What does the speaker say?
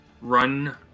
run